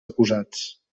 acusats